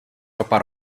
ropa